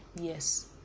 Yes